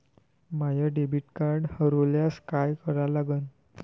माय debit card हरोल्यास काय करा लागन?